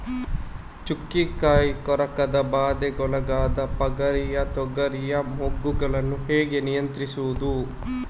ಚುಕ್ಕೆ ಕಾಯಿ ಕೊರಕದ ಬಾಧೆಗೊಳಗಾದ ಪಗರಿಯ ತೊಗರಿಯ ಮೊಗ್ಗುಗಳನ್ನು ಹೇಗೆ ನಿಯಂತ್ರಿಸುವುದು?